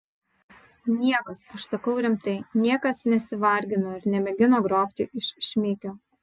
niekas aš sakau rimtai niekas nesivargino ir nemėgino grobti iš šmikio